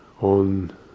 on